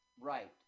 Right